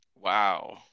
Wow